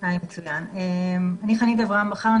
אני חנית אברהם בכר,